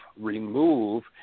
remove